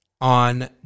on